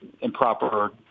improper